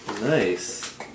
Nice